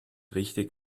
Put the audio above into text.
richtig